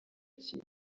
iki